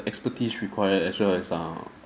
expertise required as well as err